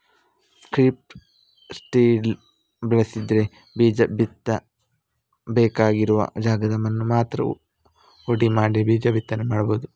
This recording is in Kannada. ಸ್ಟ್ರಿಪ್ ಟಿಲ್ ಬಳಸಿದ್ರೆ ಬೀಜ ಬಿತ್ತಬೇಕಾಗಿರುವ ಜಾಗದ ಮಣ್ಣನ್ನ ಮಾತ್ರ ಹುಡಿ ಮಾಡಿ ಬೀಜ ಬಿತ್ತನೆ ಮಾಡ್ಬಹುದು